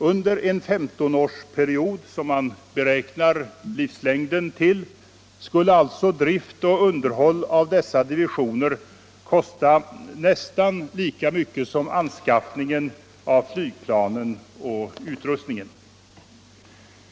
Under en femtonårsperiod — som man beräknar livslängden till — skulle alltså drift och underhåll av dessa divisioner kosta nästan lika mycket som anskaffningen av flygplanen och utrustningen.